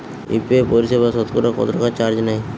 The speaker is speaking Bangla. ইউ.পি.আই পরিসেবায় সতকরা কতটাকা চার্জ নেয়?